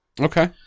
Okay